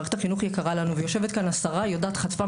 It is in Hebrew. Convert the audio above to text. מערכת החינוך יקרה לנו ויושבת כאן השרה היא חטפה